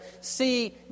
see